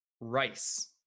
rice